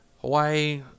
Hawaii